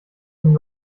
dem